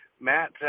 Matt